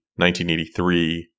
1983